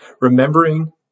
remembering